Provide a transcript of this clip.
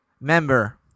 member